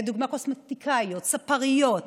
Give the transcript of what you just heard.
לדוגמה קוסמטיקאיות, ספריות,